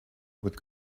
with